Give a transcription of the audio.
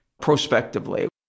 prospectively